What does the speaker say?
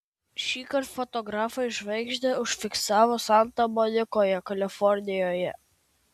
šįkart fotografai žvaigždę užfiksavo santa monikoje kalifornijoje